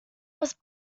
was